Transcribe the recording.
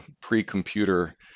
pre-computer